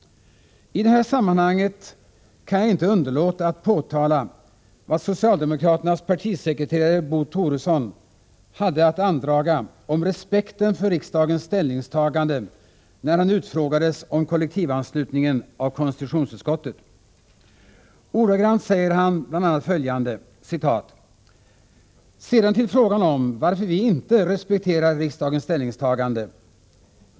I det här sammanhanget kan jag inte underlåta att påtala vad socialdemokraternas partisekreterare Bo Toresson hade att andraga om respekten för riksdagens ställningstagande när han utfrågades om kollektivanslutningen av konstitutionsutskottet. Ordagrant sade han bl.a. följande: ”Sedan till frågan om varför vi inte respekterar riksdagens ställningstagande.